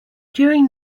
during